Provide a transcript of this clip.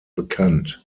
bekannt